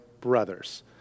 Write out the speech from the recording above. brothers